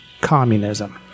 communism